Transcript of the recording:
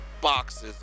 boxes